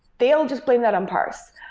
they'll just blame that on parse,